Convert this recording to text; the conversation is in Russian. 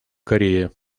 корея